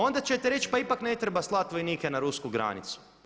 Onda ćete reći pa ipak ne treba slati vojnike na rusku granicu.